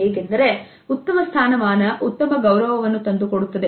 ಏಕೆಂದರೆ ಉತ್ತಮ ಸ್ಥಾನಮಾನ ಉತ್ತಮ ಗೌರವವನ್ನು ತಂದು ಕೊಡುತ್ತದೆ